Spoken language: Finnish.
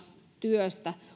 työstä